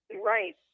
Right